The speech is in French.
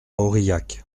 aurillac